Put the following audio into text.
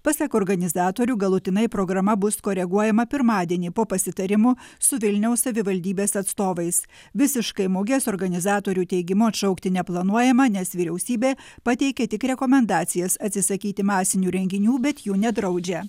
pasak organizatorių galutinai programa bus koreguojama pirmadienį po pasitarimo su vilniaus savivaldybės atstovais visiškai mugės organizatorių teigimu atšaukti neplanuojama nes vyriausybė pateikė tik rekomendacijas atsisakyti masinių renginių bet jų nedraudžia